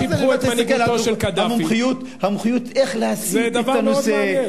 המומחיות איך להסיט את הנושא,